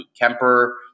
Kemper